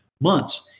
months